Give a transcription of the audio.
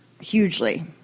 hugely